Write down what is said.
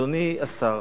אדוני השר.